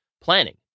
planning